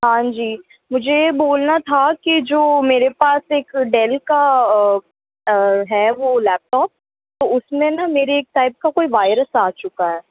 हाँ जी मुझे ये बोलना था कि जो मेरे पास एक डैल का है वो लैपटॉप तो उसमें ना मेरी एक टाइप का कोई वाइरस आ चुका है